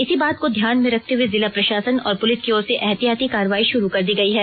इसी बात को ध्यान में रखते हुए जिला प्रशासन और पुलिस की ओर से एहतियाती कार्रवाई शुरू कर दी गई है